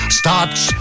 starts